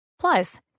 Plus